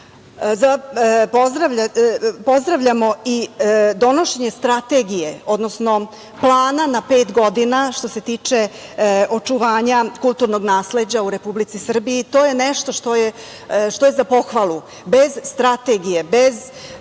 nasleđa. Pozdravljamo i donošenje strategije, odnosno plana na pet godina što se tiče očuvanja kulturnog nasleđa u Republici Srbiji. To je nešto što je za pohvalu. Bez strategije, bez